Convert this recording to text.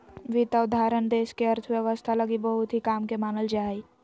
वित्त अवधारणा देश के अर्थव्यवस्था लगी बहुत ही काम के मानल जा हय